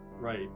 right